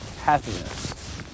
happiness